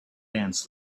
ants